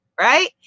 right